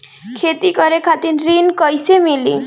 खेती करे खातिर ऋण कइसे मिली?